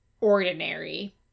ordinary